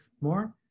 more